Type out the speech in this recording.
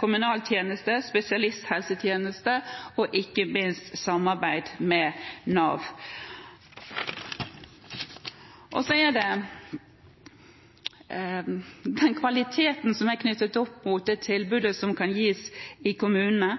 kommunal tjeneste, spesialisthelsetjeneste og ikke minst samarbeid med Nav. Når det gjelder den kvaliteten som er knyttet til det tilbudet som kan gis i kommunene,